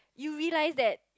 you realise that